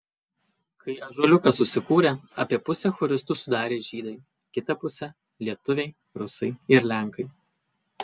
kai ąžuoliukas susikūrė apie pusę choristų sudarė žydai kitą pusę lietuviai rusai ir lenkai